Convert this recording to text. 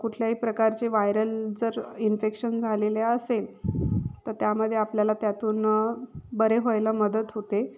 कुठल्याही प्रकारचे वायरल जर इन्फेक्शन झालेले असेल तर त्यामध्ये आपल्याला त्यातून बरे व्हायला मदत होते